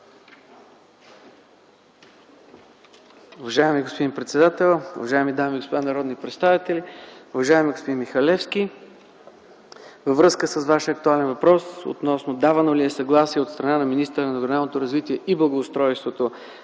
Уважаеми господин председател, уважаеми дами и господа народни представители! Уважаеми господин Михалевски, във връзка с Вашия актуален въпрос относно: давано ли е съгласие от страна на министъра на регионалното развитие и благоустройството